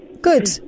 Good